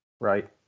right